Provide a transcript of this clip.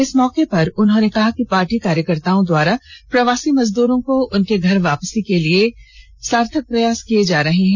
इस मौके पर उन्होंने कहा कि पार्टी कार्यकर्ताओं द्वारा प्रवासी मजदूरों को उनके घर वापसी के लिए सार्थक प्रयास किये जा रहे हैं